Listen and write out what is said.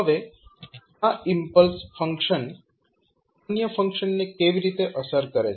હવે આ impulse function અન્ય ફંક્શન્સને કેવી અસર કરે છે